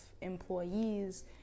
employees